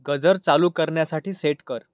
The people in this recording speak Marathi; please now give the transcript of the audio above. गजर चालू करण्यासाठी सेट कर